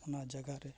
ᱚᱱᱟ ᱡᱟᱭᱜᱟ ᱨᱮ